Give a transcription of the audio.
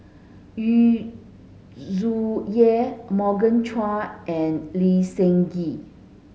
Yu Zhuye Morgan Chua and Lee Seng Gee